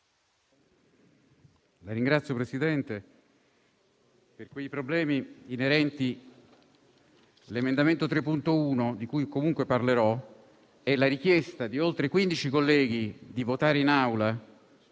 Signor Presidente, di quei problemi inerenti l'emendamento 3.1, di cui comunque parlerò, e della richiesta di oltre 15 colleghi di rivotare in Aula